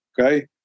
Okay